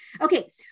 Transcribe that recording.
Okay